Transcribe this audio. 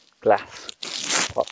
glass